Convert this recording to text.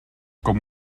com